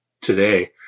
today